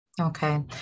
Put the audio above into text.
Okay